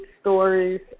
stories